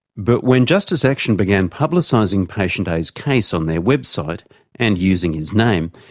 but when justice action began publicising patient a's case on their website and using his name,